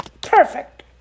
perfect